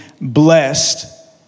blessed